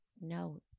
No